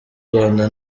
rwanda